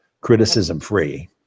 criticism-free